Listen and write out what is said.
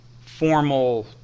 formal –